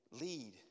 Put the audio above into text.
lead